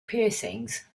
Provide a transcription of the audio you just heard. piercings